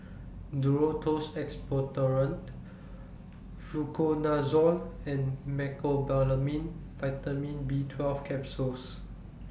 Duro Tuss Expectorant Fluconazole and Mecobalamin Vitamin B twelve Capsules